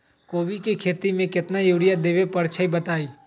कोबी के खेती मे केतना यूरिया देबे परईछी बताई?